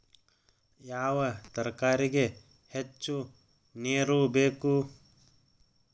ಯಾವ ತರಕಾರಿಗೆ ಹೆಚ್ಚು ನೇರು ಬೇಕು?